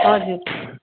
हुजुर